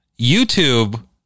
YouTube